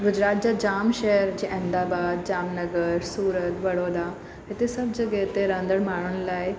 गुजरात जा जाम शहर जे अहमदाबाद जामनगर सूरत बड़ौदा हिते सभु जॻह ते रहंदड़ु माण्हुनि लाइ